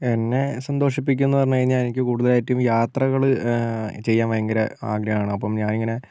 എന്നെ സന്തോഷിപ്പിക്കുന്ന എന്ന് പറഞ്ഞ് കഴിഞ്ഞാൽ എന്നെ കൂടുതലായിട്ട് യാത്രകൾ ചെയ്യാൻ ഭയങ്കര ആഗ്രഹമാണ് അപ്പോൾ ഞാൻ ഇങ്ങനെ